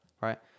right